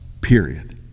period